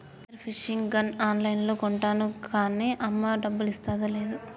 spear fishing gun on లైన్లో కొంటాను కాన్నీ అమ్మ డబ్బులిస్తాదో లేదో